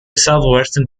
southwestern